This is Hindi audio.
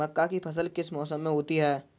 मक्का की फसल किस मौसम में होती है?